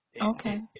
Okay